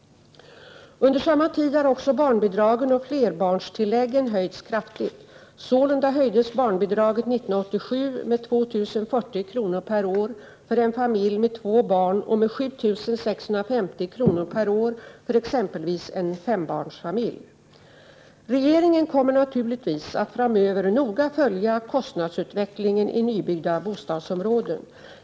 Under samma tid har också barnbidragen och flerbarnstilläggen höjts kraftigt. Sålunda höjdes barnbidraget 1987 med 2 040 kr. per år för en familj med två barn och med 7 650 kr. per år för exempelvis en fembarnsfamilj. Regeringen kommer naturligtvis att framöver noga följa kostnadsutvecklingen i nybyggda bostadsområden.